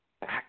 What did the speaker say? back